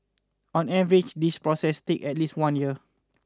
on average this process takes at least one year